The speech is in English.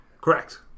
correct